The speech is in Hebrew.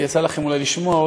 יצא לכם אולי לשמוע,